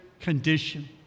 condition